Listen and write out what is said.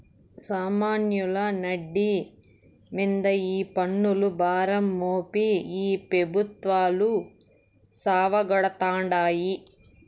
సామాన్యుల నడ్డి మింద ఈ పన్నుల భారం మోపి ఈ పెబుత్వాలు సావగొడతాండాయి